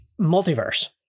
Multiverse